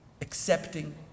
accepting